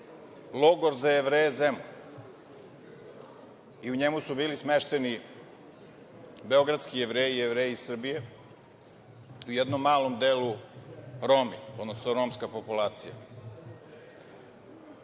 „Logor za Jevreje Zemun“ i u njemu su bili smešteni beogradski Jevreji, Jevreji iz Srbije, u jednom malom delu Romi, odnosno romska populacija. Nakon,